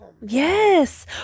yes